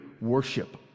worship